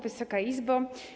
Wysoka Izbo!